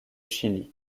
chili